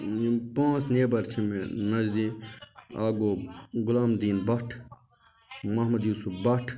یِم پانٛژھ نیبَر چھِ مےٚ نزدیٖک اَکھ گوٚو غلام دیٖن بٹ محمد یوٗسُف بٹ